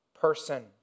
person